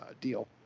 deal